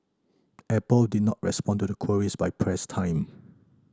Apple did not respond to queries by press time